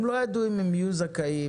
הם לא ידעו אם יהיו זכאים,